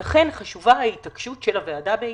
ולכן חשובה ההתעקשות של הוועדה בעיניי,